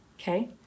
okay